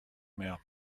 mehr